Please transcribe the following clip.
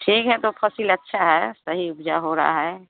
ठीक है तो फसल अच्छा है सही उपजा हो रहा है